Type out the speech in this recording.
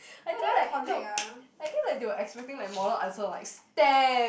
I think like look I think like they were expecting like model answer like stamps